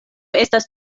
estas